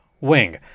wing